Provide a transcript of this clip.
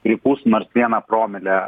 pripūs nors vieną promilę